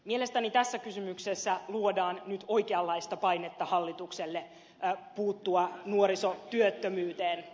mielestäni tässä kysymyksessä luodaan nyt oikeanlaista painetta hallitukselle puuttua nuorisotyöttömyyteen